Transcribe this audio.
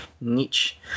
niche